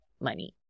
money